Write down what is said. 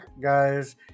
guys